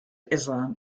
islam